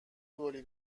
گلی